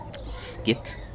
skit